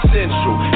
Central